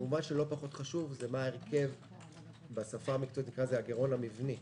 כמובן לא פחות חשוב מה הרכב הגירעון המבני,